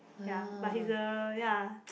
ya but he's a ya